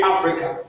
Africa